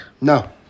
No